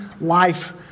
life